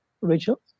Rachel